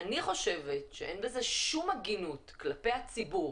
אני חושבת שאין בכך שום הגינות כלפי הציבור